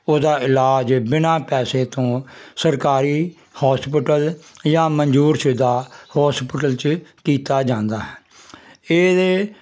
ਉਹਦਾ ਇਲਾਜ ਬਿਨਾਂ ਪੈਸੇ ਤੋਂ ਸਰਕਾਰੀ ਹੋਸਪੀਟਲ ਜਾਂ ਮਨਜ਼ੂਰ ਸ਼ੁਦਾ ਹੋਸਪਿਟਲ 'ਚ ਕੀਤਾ ਜਾਂਦਾ ਇਹਦੇ